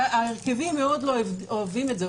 ההרכבים מאוד לא אוהבים את זה.